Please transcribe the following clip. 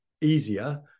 easier